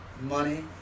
money